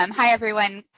um hi, everyone.